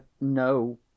no